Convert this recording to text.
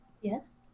Yes